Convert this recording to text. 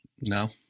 No